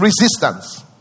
resistance